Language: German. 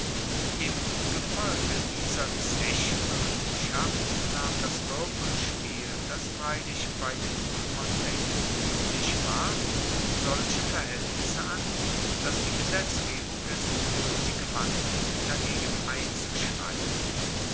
im gefolge dieser zechwirtschaft nahm das wuerfelspiel das freilich bei den roemern laengst ueblich war solche verhaeltnisse an dass die gesetzgebung es noetig fand dagegen einzuschreiten